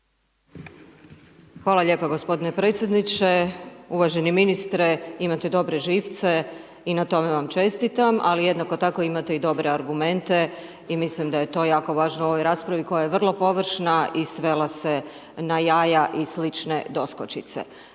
Hvala lijepa gospodine predsjedniče. Uvaženi ministre imate dobre živce i na tome vam čestitam, ali jednako tako imate i dobre argumente i mislim da je to jako važno u ovoj raspravi koja je vrlo površna i svela se na jaja i slične doskočice.